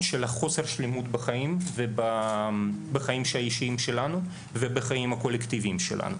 של חוסר השלמות בחיים האישיים שלנו ובחיים הקולקטיביים שלנו.